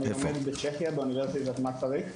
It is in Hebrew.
אני לומד בצ'כיה באוניברסיטת מסריק.